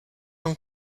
und